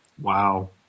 Wow